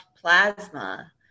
plasma